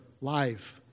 life